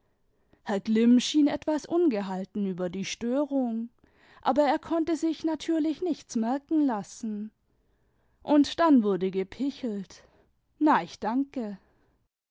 schien etwas ungehalten über die störung aber er konnte sich natürlich nichts merken lassen und dann wurde gepichelt na ich danke